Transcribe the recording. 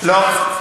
לא.